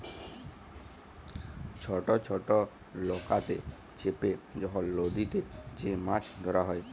ছট ছট লকাতে চেপে যখল লদীতে যে মাছ ধ্যরা হ্যয়